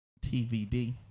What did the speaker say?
TVD